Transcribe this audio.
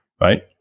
right